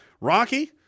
Rocky